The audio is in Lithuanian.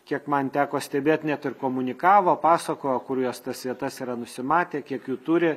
kiek man teko stebėt net ir komunikavo pasakojo kur jos tas vietas yra nusimatę kiek jų turi